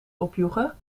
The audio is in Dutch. opjoegen